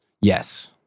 Yes